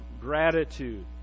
gratitude